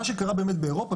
מה שקרה באירופה,